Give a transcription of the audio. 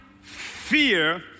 fear